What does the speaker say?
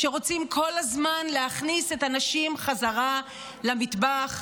שרוצים כל הזמן להכניס את הנשים בחזרה למטבח,